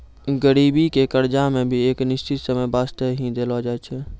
गरीबी के कर्जा मे भी एक निश्चित समय बासते ही देलो जाय छै